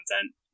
content